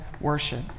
worship